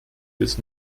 bis